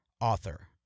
author